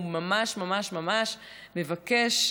הוא ממש ממש מבקש,